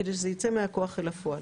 כדי שזה ייצא מהכוח אל הפועל.